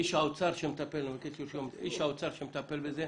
איש האוצר שמטפל בזה,